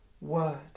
word